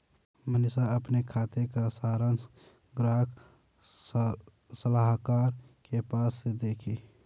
मनीषा अपने खाते का सारांश ग्राहक सलाहकार के पास से देखी